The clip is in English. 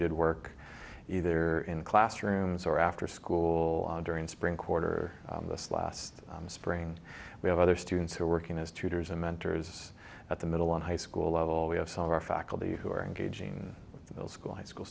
did work either in classrooms or after school during spring quarter this last spring we have other students who are working as tutors and mentors at the middle and high school level we have some of our faculty who are engaging the school high school